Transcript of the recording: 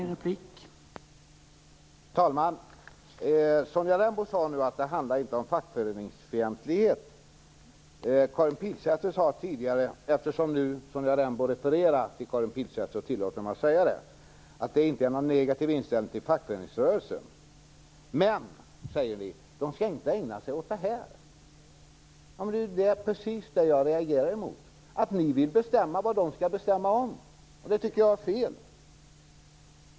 Herr talman! Sonja Rembo sade nu att det inte handlar om fackföreningsfientlighet. Karin Pilsäter sade tidigare - eftersom Sonja Rembo refererade till Karin Pilsäter tillåter jag mig att säga det - att det inte handlar om någon negativ inställning till fackföreningsrörelsen. Men, säger ni, de skall inte ägna sig åt det här. Det är ju precis det jag reagerar emot: att ni vill bestämma vad de skall bestämma om! Det tycker jag är fel.